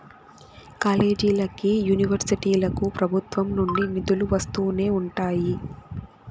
కాలేజీలకి, యూనివర్సిటీలకు ప్రభుత్వం నుండి నిధులు వస్తూనే ఉంటాయి